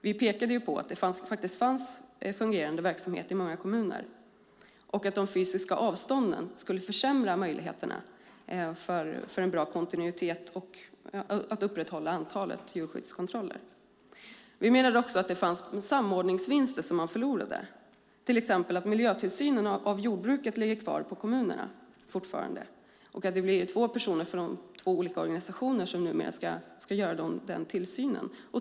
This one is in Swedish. Vi pekade på att det faktiskt fanns en fungerande verksamhet i många kommuner och att de fysiska avstånden skulle försämra möjligheterna för en bra kontinuitet och för att upprätthålla antalet djurskyddskontroller. Vi menar dessutom att det fanns samordningsvinster som man förlorade. Till exempel ligger miljötillsynen av jordbruket fortfarande kvar på kommunerna, och det är därför två personer, från två olika organisationer, som numera ska göra den tillsynen.